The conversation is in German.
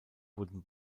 wurden